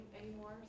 anymore